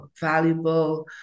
valuable